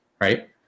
right